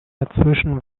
dazwischen